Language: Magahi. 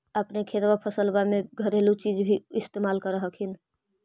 अपने खेतबा फसल्बा मे घरेलू चीज भी इस्तेमल कर हखिन?